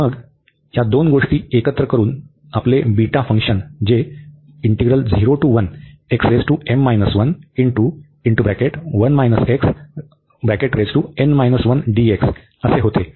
तर मग या दोन गोष्टी एकत्र करून आमचे बीटा फंक्शन जे होते